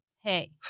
hey